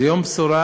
זה יום בשורה,